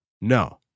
No